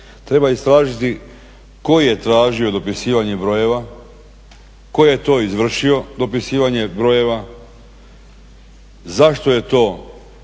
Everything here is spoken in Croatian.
Treba istražiti tko je tražio dopisivanje brojeva, tko je to izvršio dopisivanje brojeva, zašto je to prihvaćeno